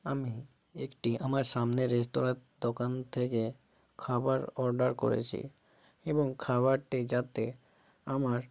আমি একটি আমার সামনে রেস্তোরাঁর দোকান থেকে খাবার অর্ডার করেছি এবং খাবারটি যাতে আমার